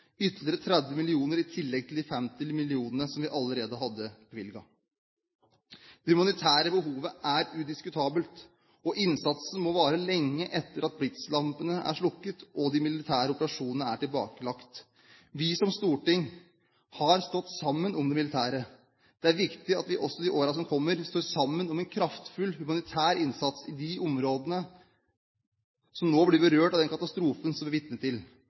ytterligere 30 mill. kr i tillegg til de 50 mill. kr som vi allerede hadde bevilget. Det humanitære behovet er udiskutabelt, og innsatsen må vare lenge etter at blitslampene er slukket og de militære operasjonene tilbakelagt. Vi som storting har stått sammen om det militære. Det er viktig at vi også i årene som kommer, står sammen om en kraftfull humanitær innsats i de områdene som nå blir berørt av den katastrofen som vi er vitne til,